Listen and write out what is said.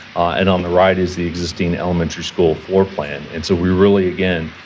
and on the right is the existing elementary school floor plan. and so, we really, again,